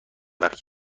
وقت